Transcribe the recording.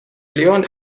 leon